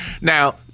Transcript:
Now